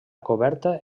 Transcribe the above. coberta